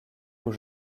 aux